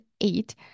eight